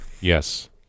Yes